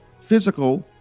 physical